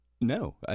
No